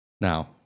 now